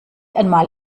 einmal